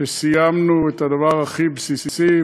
שסיימנו את הדבר הכי בסיסי,